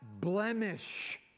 blemish